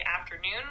afternoon